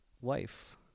wife